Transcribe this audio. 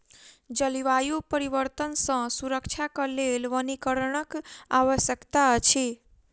जलवायु परिवर्तन सॅ सुरक्षाक लेल वनीकरणक आवश्यकता अछि